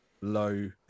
low